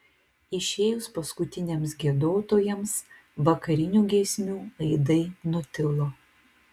išėjus paskutiniams giedotojams vakarinių giesmių aidai nutilo